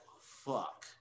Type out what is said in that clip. fuck